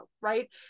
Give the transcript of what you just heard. right